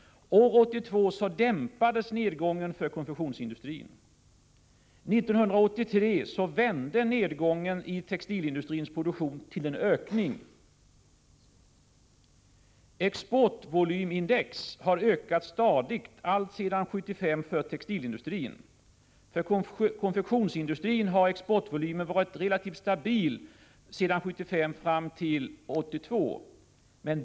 År 1982 dämpades nedgången för konfektionsindustrin. 1983 vände nedgången i textilindustrins produktion till en ökning. Exportvolymsindex för textilindustrin har ökat stadigt alltsedan 1975. För konfektionsindustrin har exportvolymen varit relativt stabil mellan 1975 och fram till 1982.